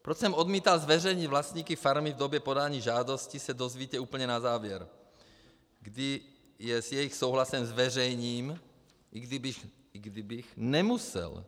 Proč jsem odmítal vlastníky farmy v době podání žádosti, se dozvíte úplně na závěr, kdy je s jejich souhlasem zveřejním, i když bych nemusel.